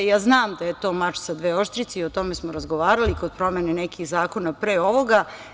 Ja znam da je to mač sa dve oštrice i o tome smo razgovarali kod promene nekih zakona pre ovoga.